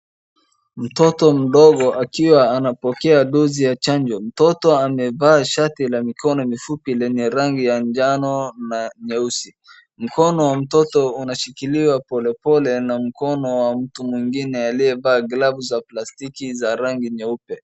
Mtoto mdogo akiwa anapokea dosi ya chanjo. Mtoto amevaa shati la mikono mifupi lenye rangi ya njano na nyeusi. Mkono wa mtoto unashikiliwa pole pole na mkono wa mtu mwingine aliyevaa glavu za plastiki za rangi nyeupe.